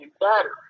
better